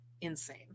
insane